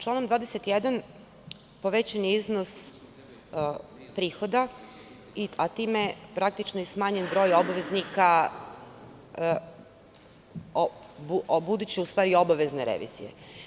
Članom 21. povećan je iznos prihoda, a time je praktično smanjen broj obveznika buduće obavezne revizije.